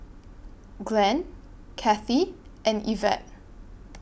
Glenn Kathie and Evette